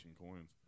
coins